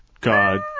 God